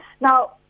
Now